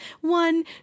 One